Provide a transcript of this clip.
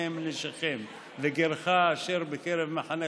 טפיכם נשיכם וגרך אשר בקרב מחניך,